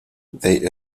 they